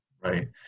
Right